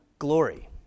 glory